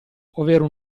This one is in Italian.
ovvero